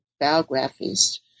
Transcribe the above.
biographies